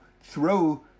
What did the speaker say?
throw